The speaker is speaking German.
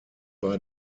bei